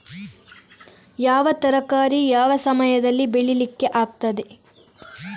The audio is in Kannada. ಯಾವ ತರಕಾರಿ ಯಾವ ಸಮಯದಲ್ಲಿ ಬೆಳಿಲಿಕ್ಕೆ ಆಗ್ತದೆ?